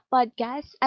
Podcast